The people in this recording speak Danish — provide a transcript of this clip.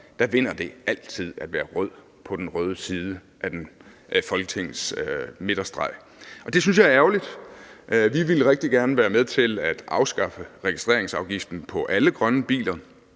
grøn vinder det altid at være rød på den røde side af Folketingets midterstreg. Og det synes jeg er ærgerligt. Vi ville rigtig gerne være med til at afskaffe registreringsafgiften på alle grønne biler.